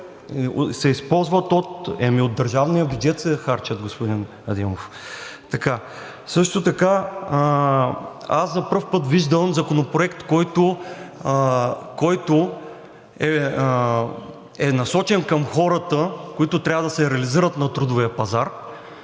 аз за пръв път виждам Законопроект, който е насочен към хората, които трябва да се реализират на трудовия пазар,